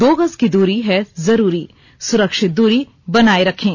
दो गज की दूरी है जरूरी सुरक्षित दूरी बनाए रखें